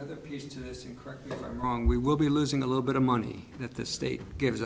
other piece of this incorrect wrong we will be losing a little bit of money that the state gives